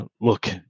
look